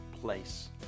place